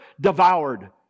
devoured